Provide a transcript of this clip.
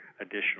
additional